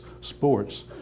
sports